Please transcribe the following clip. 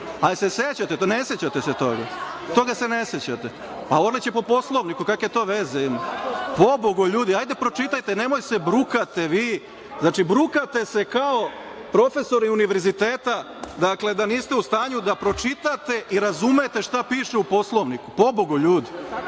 sećate se toga. Toga se ne sećate. A Orlić je po Poslovniku, kakve to veze ima? Pobogu, ljudi, hajde pročitajte, nemojte da se brukate vi. Brukate se kao profesori univerziteta da niste u stanju da pročitate i razumete šta piše u Poslovniku. Pobogu, ljudi.